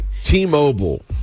T-Mobile